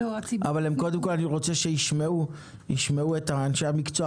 אבל קודם כל אני רוצה שישמעו את אנשי המקצוע.